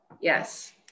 Yes